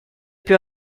più